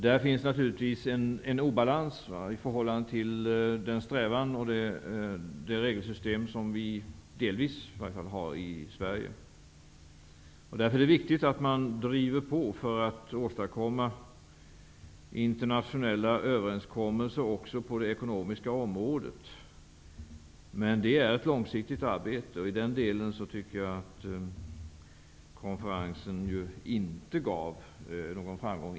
Där finns det naturligtvis en obalans i förhållande till den strävan och det regelsystem som vi i Sverige, i varje fall delvis, har. Därför är det viktigt att man driver på för att åstadkomma internationella överenskommelser också på det ekonomiska området. Men det är ett långsiktigt arbete. I den delen tycker jag att konferensen inte var någon framgång.